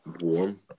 warm